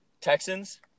Texans